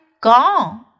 gone